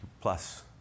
plus